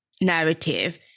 narrative